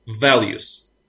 values